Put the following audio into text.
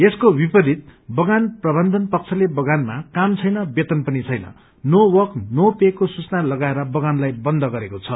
यसको विपरीत बगान प्रबन्धन पक्षले बगानमा काम छैन वेतन पनि छैन को सूचना लगाएर बगानलाइ बन्द गरेको छ